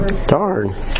Darn